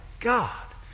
God